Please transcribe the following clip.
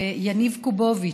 ליניב קובוביץ,